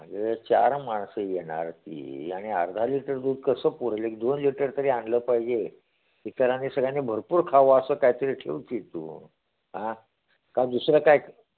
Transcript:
आगं चार माणसं येणार ती आणि अर्धा लिटर दूध कसं पुरंल एक दोन लिटर तरी आणलं पाहिजे इतरांनी सगळ्यांनी भरपूर खावं असं काहीतरी ठेव की तू आं का दुसरं काय